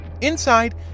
Inside